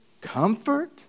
comfort